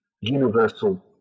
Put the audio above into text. universal